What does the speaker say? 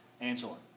Angela